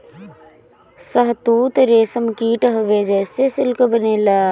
शहतूत रेशम कीट हवे जेसे सिल्क बनेला